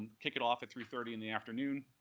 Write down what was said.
kick it off at three thirty in the afternoon,